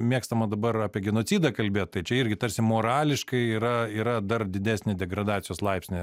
mėgstama dabar apie genocidą kalbėt tai čia irgi tarsi morališkai yra yra dar didesnį degradacijos laipsnį